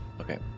Okay